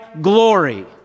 glory